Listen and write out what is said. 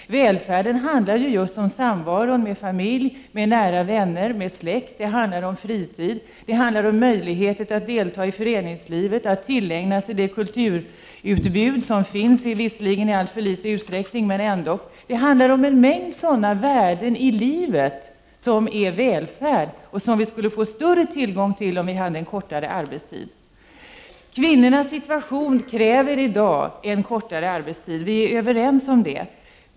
Välfärden handlar ju just om samvaron med familj, nära vänner, släkt och om fritid. Vidare rör det sig om möjligheter att delta i föreningslivet och att tillägna sig det kulturutbud som finns — visserligen i alltför liten utsträckning. Det är fråga om en mängd värden i livet, värden som betyder välfärd. Och vi skulle få större tillgång till dessa värden, om vi hade en kortare arbetstid. Kvinnornas situation kräver i dag en kortare arbetstid, vi är överens om den saken.